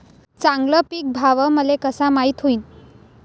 चांगला पीक भाव मले कसा माइत होईन?